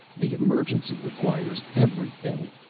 the emergency requires everything,